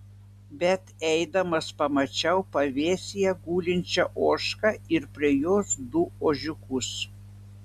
bet eidamas pamačiau pavėsyje gulinčią ožką ir prie jos du ožiukus